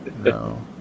no